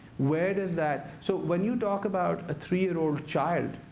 where does that so when you talk about a three-year-old child,